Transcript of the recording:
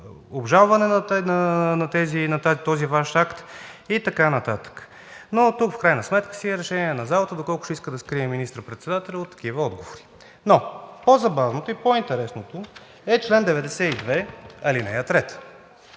обжалване на този Ваш акт и така нататък. Но тук в крайна сметка си е решение на залата доколко ще иска да скрие министър-председателя от такива отговори. Но по-забавното и по-интересното е в чл. 92, ал. 3.